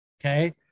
okay